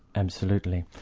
absolutely.